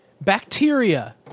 bacteria